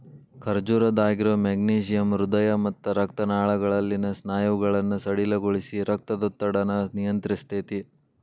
ಖರ್ಜೂರದಾಗಿರೋ magnesium ಹೃದಯ ಮತ್ತ ರಕ್ತನಾಳಗಳಲ್ಲಿನ ಸ್ನಾಯುಗಳನ್ನ ಸಡಿಲಗೊಳಿಸಿ, ರಕ್ತದೊತ್ತಡನ ನಿಯಂತ್ರಸ್ತೆತಿ